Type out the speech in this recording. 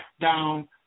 down